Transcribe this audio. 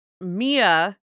Mia